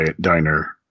diner